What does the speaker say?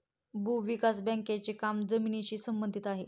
भूविकास बँकेचे काम जमिनीशी संबंधित आहे